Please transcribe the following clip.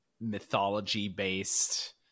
mythology-based